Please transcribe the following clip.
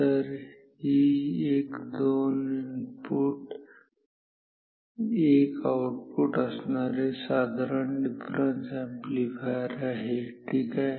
तर ही एक दोन इनपुट एक आउटपुट असणारे साधारण डिफरन्स अॅम्प्लीफायर आहे ठीक आहे